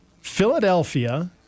Philadelphia